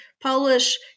Polish